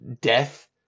death